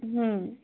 ହଁ